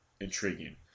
intriguing